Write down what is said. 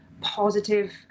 positive